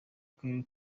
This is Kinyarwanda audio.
karere